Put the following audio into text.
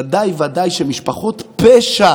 אז ודאי וודאי שמשפחות פשע